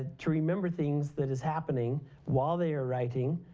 ah to remember things that is happening while they are writing,